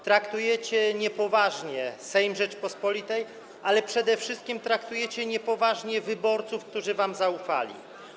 Traktujecie niepoważnie Sejm Rzeczypospolitej, ale przede wszystkim traktujecie niepoważnie wyborców, którzy wam zaufali.